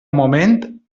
moment